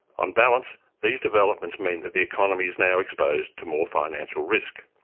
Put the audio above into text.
on balance, these developments mean that the economy is now exposed to more financial risk.